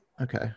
Okay